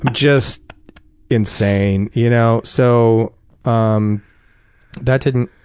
but just insane. you know so um that didn't